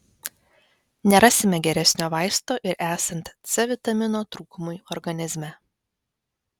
nerasime geresnio vaisto ir esant c vitamino trūkumui organizme